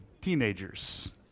teenagers